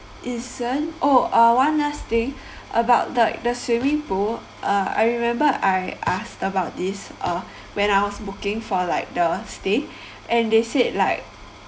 isn't oh one last thing about the the swimming pool uh I remember I asked about this [ uh when I was booking for like the stay and they said like